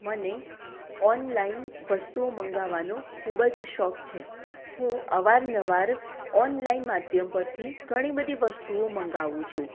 મને ઓનલાઈન વસ્તુઓ મગાવવાનો ખુબ જ શોખ છે હું અવારનવાર ઓનલાઈન માધ્યમ પરથી ઘણી બધી વસ્તુઓ મગાવું છું